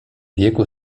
wieku